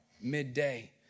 midday